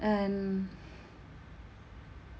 and